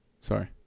Sorry